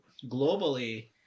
globally